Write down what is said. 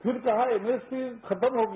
फिर कहा एमएसपी खत्म होगी